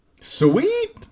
Sweet